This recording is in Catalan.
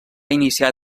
iniciar